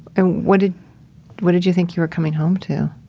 and what did what did you think you were coming home to?